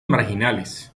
marginales